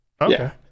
Okay